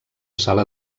sala